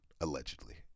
allegedly